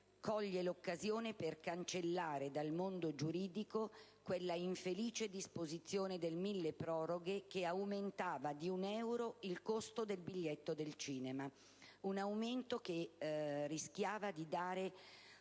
coglie l'occasione per cancellare dal mondo giuridico quella infelice disposizione del milleproroghe che aumentava di un euro il costo del biglietto del cinema; un aumento che rischiava di